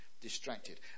distracted